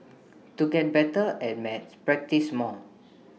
to get better at maths practise more